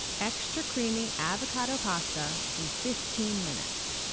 extra creamy avocado pasta in fifteen minutes!